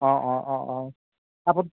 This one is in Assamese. অঁ অঁ অঁ অঁ আপোন